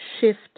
shift